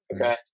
okay